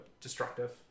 destructive